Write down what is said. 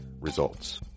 results